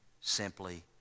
simply